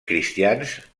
cristians